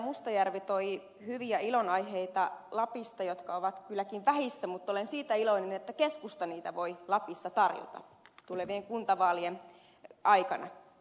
mustajärvi toi lapista hyviä ilonaiheita jotka ovat kylläkin vähissä mutta olen siitä iloinen että keskusta niitä voi lapissa tarjota tulevien kuntavaalien aikana